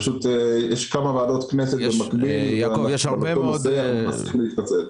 פשוט יש כמה ועדות כנסת במקביל ובמקום הזה אנחנו מנסים להתפצל.